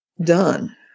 done